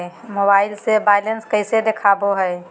Mobile से balance कैसे देखाबो है?